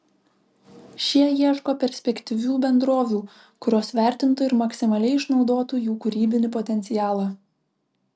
šie ieško perspektyvių bendrovių kurios vertintų ir maksimaliai išnaudotų jų kūrybinį potencialą